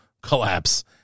collapse